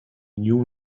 knew